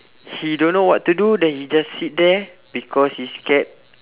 he don't know what to do then he just sit there because he scared